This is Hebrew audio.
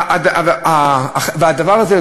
והדבר הזה,